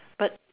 but